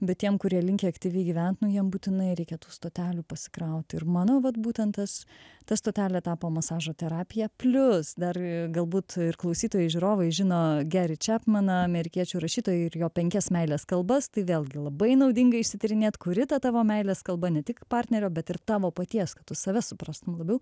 bet tiem kurie linkę aktyviai gyvent nu jiem būtinai reikia tų stotelių pasikraut ir manau vat būtent tas ta stotelė tapo masažo terapija plius dar galbūt ir klausytojai žiūrovai žino gerį čiapmeną amerikiečių rašytoją ir jo penkias meilės kalbas tai vėlgi labai naudinga išsityrinėt kuri ta tavo meilės kalba ne tik partnerio bet ir tavo paties kad tu save suprastum labiau